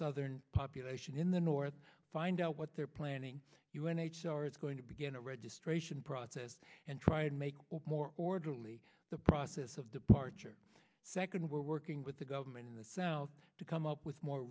southern population in the north find out what they're planning u n h c r is going to begin a registration process and try and make more orderly the process of departure second we're working with the government in the south to come up with more